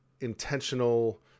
intentional